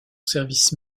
service